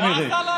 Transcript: כנראה,